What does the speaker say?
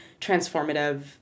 transformative